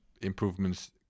improvements